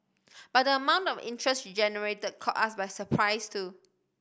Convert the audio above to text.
but the amount of interest she generated caught us by surprise too